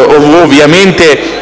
ovviamente